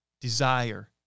desire